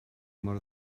mor